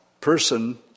person